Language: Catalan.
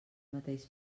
mateix